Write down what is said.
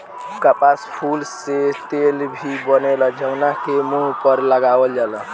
कपास फूल से तेल भी बनेला जवना के मुंह पर लगावल जाला